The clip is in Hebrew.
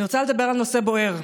אני רוצה לדבר על נושא בוער,